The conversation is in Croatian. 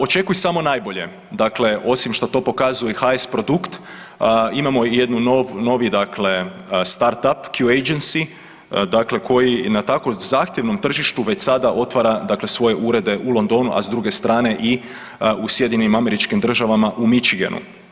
Očekuj samo najbolje“, dakle osim što to pokazuje i HS Produkt, imamo i jedan novi dakle start up, dakle Q agency, dakle koji na tako zahtjevnom tržištu, već sada otvara dakle svoje urede u Londonu a s druge strane i u SAD-u u Michiganu.